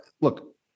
look